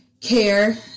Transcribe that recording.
care